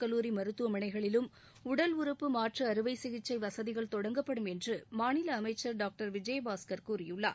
கல்லூரி மருத்துவமனைகளிலும் உடல் உறுப்பு மாற்று அறுவை சிகிச்சை வசதிகள் தொடங்கப்படும் என்று மாநில அமைச்சர் டாக்டர் விஜயபாஸ்கர் கூறியுள்ளார்